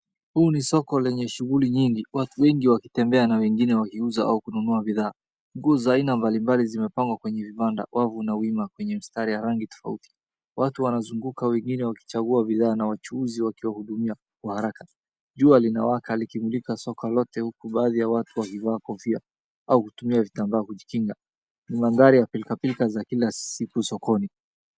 Huu ni soko lenye shughuli nyingi. Watu wengi wakitembea na wengine wakiuza au kununua bidhaa. Nguo za aina mbalimbali zimepangwa kwenye vibanda. Wavu na wima kwenye mistari ya rangi tofauti. Watu wanazunguka wengine wakichagua bidhaa na wachuuzi wakiwahudumia kwa haraka. Jua linawaka likimulika soko lote huku baadhi ya watu wakivaa kofia au kutumia vitambaa kujikinga. Ni mandhari ya pilkapilka za kila siku sokoni.